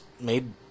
made